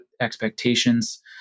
expectations